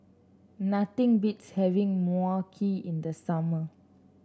nothing beats having Mui Kee in the summer